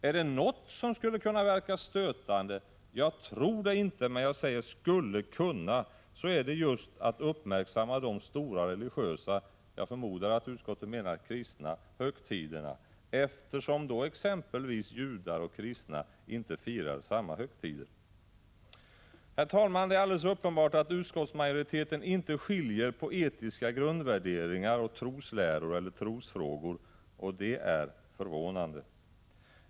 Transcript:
Är det något som skulle kunna verka stötande — jag tror det inte, men jag säger skulle kunna — är det just att uppmärksamma de stora religiösa högtiderna, jag förmodar att utskottet menar kristna, eftersom exempelvis judar och kristna inte firar samma högtider. Herr talman! Det är alldeles uppenbart att utskottsmajoriteten inte skiljer mellan etiska grundvärderingar och trosläror eller trosfrågor, och det är förvånande.